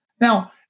Now